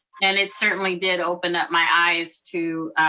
and it certainly did open up my eyes to